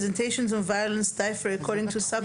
Representation of violence differs according to subject